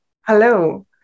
Hello